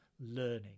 learning